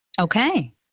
Okay